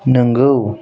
नोंगौ